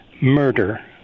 murder